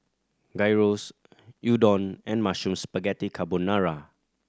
Gyros Udon and Mushroom Spaghetti Carbonara